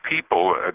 people